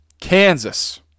Kansas